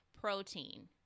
protein